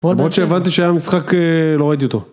למרות שהבנתי שהיה משחק, אה... לא ראיתי אותו.